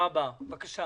אני חושב